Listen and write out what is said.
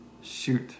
Shoot